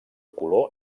color